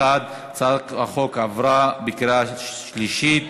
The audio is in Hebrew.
1. הצעת החוק עברה בקריאה שלישית,